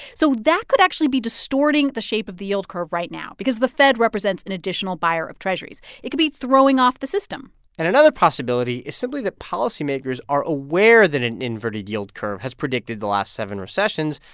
so that could actually be distorting the shape of the yield curve right now because the fed represents an additional buyer of treasurys. it could be throwing off the system and another possibility is simply that policymakers policymakers are aware that an inverted yield curve has predicted the last seven recessions,